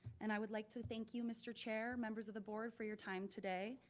and i would like to thank you, mr. chair, members of the board, for your time today.